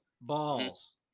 Balls